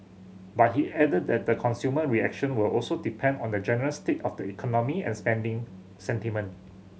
but he added that the consumer reaction will also depend on the general state of the economy and spending sentiment